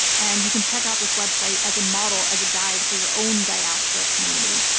and you can check out this website as a model, as a guide for your own diaspora community,